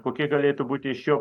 kokie galėtų būti iš jo